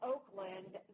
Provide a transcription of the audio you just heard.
Oakland